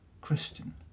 christian